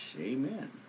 amen